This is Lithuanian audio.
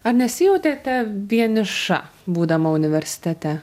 ar nesijautėte vieniša būdama universitete